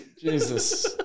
jesus